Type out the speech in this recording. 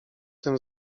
tym